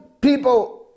people